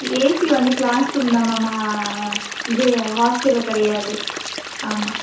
AC வந்து class room தான் ma'am இது ஹாஸ்டலில் கிடையாது ஆமாம்